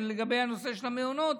לגבי הנושא של המעונות,